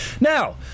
Now